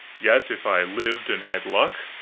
yet, if i lived and had luck.